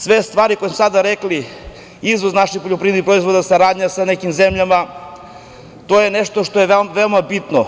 Sve stvari koje su sada rekli, izvoz naših poljoprivrednih proizvoda, saradnja sa nekim zemljama, to je nešto što je veoma bitno.